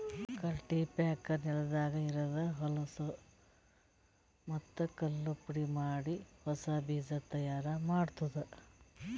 cultipacker ನೆಲದಾಗ ಇರದ್ ಹೊಲಸೂ ಮತ್ತ್ ಕಲ್ಲು ಪುಡಿಮಾಡಿ ಹೊಸಾ ಬೀಜ ತೈಯಾರ್ ಮಾಡ್ತುದ